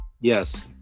Yes